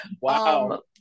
wow